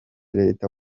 leta